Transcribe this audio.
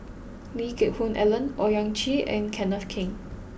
Lee Geck Hoon Ellen Owyang Chi and Kenneth Keng